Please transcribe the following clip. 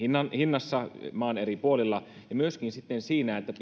arvossa maan eri puolilla ja myöskin siinä että